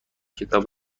کتاب